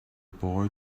boy